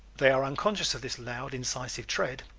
they are unconscious of this loud incisive tread,